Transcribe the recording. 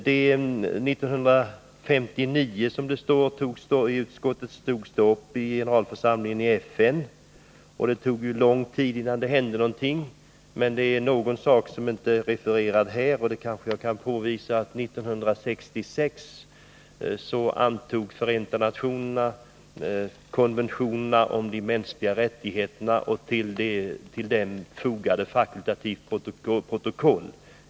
Som framhålls i utskottets betänkande togs frågan upp år 1959 i FN:s generalförsamling, och det tog lång tid innan det hände någonting därefter. Något som inte tidigare har refererats under debatten men som jag vill peka påäratt FN år 1966 antog konventionerna om de mänskliga rättigheterna och till dem fogade ett fakultativt protokoll.